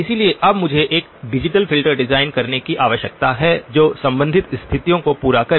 इसलिए अब मुझे एक डिजिटल फिल्टर डिजाइन करने की आवश्यकता है जो संबंधित स्थितियों को पूरा करे